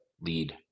lead